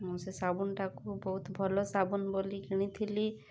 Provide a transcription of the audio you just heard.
ମୁଁ ସେ ସାବୁନ୍ଟାକୁ ବହୁତ୍ ଭଲ ସାବୁନ୍ ବୋଲି କିଣିଥିଲି